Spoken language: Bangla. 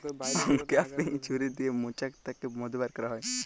অংক্যাপিং ছুরি দিয়ে মোচাক থ্যাকে মধু ব্যার ক্যারা হয়